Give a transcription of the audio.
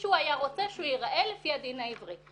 שהוא היה רוצה שהוא ייראה לפי הדין העברי.